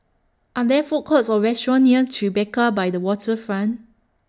Are There Food Courts Or restaurants near Tribeca By The Waterfront